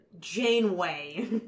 Janeway